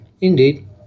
indeed